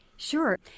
Sure